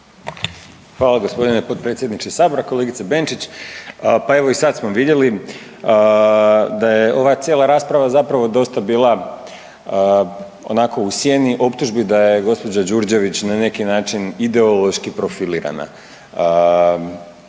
Hvala gospodine potpredsjedniče Sabora, kolegice Benčić. Pa evo i sad smo vidjeli da je ova cijela rasprava zapravo dosta bila onako u sjeni optužbi da je gospođa Đurđević na neki način ideološki profilirana.